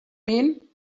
mean